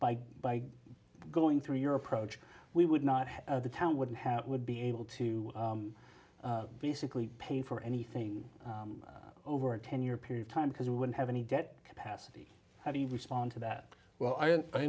by by going through your approach we would not have the town would have would be able to basically pay for anything over a ten year period of time because we wouldn't have any debt capacity how do you respond to that well i